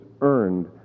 earned